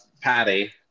patty